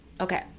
okay